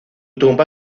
tumba